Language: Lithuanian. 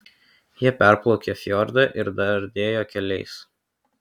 jie perplaukė fjordą ir dardėjo keliais